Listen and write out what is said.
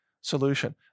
Solution